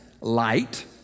light